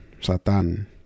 Satan